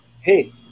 Hey